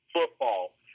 football